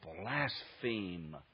blaspheme